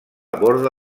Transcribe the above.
borda